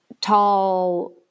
tall